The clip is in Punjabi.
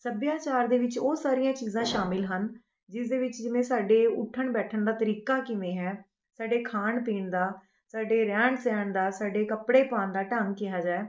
ਸੱਭਿਆਚਾਰ ਦੇ ਵਿੱਚ ਉਹ ਸਾਰੀਆਂ ਚੀਜ਼ਾਂ ਸ਼ਾਮਿਲ ਹਨ ਜਿਸ ਦੇ ਵਿੱਚ ਜਿਵੇਂ ਸਾਡੇ ਉੱਠਣ ਬੈਠਣ ਦਾ ਤਰੀਕਾ ਕਿਵੇਂ ਹੈ ਸਾਡੇ ਖਾਣ ਪੀਣ ਦਾ ਸਾਡੇ ਰਹਿਣ ਸਹਿਣ ਦਾ ਸਾਡੇ ਕੱਪੜੇ ਪਾਉਣ ਦਾ ਢੰਗ ਕਿਹੋ ਜਿਹਾ ਹੈ